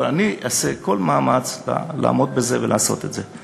אבל אני אעשה כל מאמץ לעמוד בזה ולעשות את זה.